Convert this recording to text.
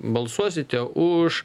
balsuosite už